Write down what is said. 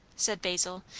said basil,